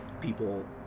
people